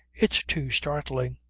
it's too startling.